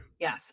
Yes